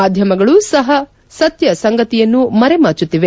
ಮಾಧ್ವಮಗಳು ಸಹ ಸತ್ತಸಂಗತಿಯನ್ನು ಮರೆಮಾಚುತ್ತಿದೆ